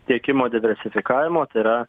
tiekimo diversifikavimo tai yra